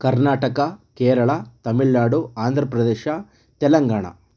Karnataka Kerala Tamil Nadu Andhra Pradesh Telangana